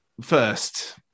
first